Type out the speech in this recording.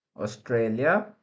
Australia